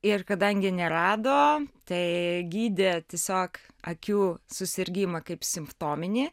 ir kadangi nerado tai gydė tiesiog akių susirgimą kaip simptominį